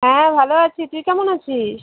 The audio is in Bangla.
হ্যাঁ ভালো আছি তুই কেমন আছিস